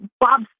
Bob